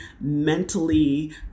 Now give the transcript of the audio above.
mentally